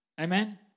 Amen